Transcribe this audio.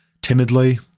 timidly